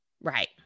right